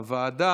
הכבוד.